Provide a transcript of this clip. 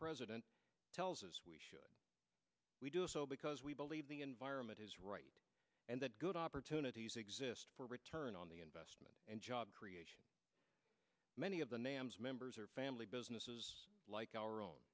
president tells us we should we do so because we believe the environment is right and that good opportunities exist for return on the investment and job creation many of the names members or family businesses like our own